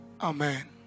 Amen